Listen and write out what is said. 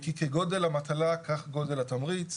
כי כגדול המטלה כך גודל התמריץ.